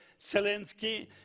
Zelensky